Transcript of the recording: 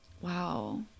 wow